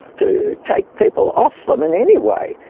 to take people off them in any way,